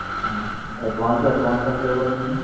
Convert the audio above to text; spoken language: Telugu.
అడ్వాన్స్ అడ్వాన్స్ ఎంత ఇవ్వాలండి